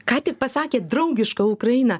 ką tik pasakėt draugiška ukraina